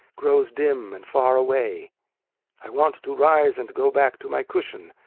grows dim, and far away i want to rise and go back to my cushion,